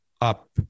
up